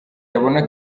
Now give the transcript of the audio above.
yabona